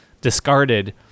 Discarded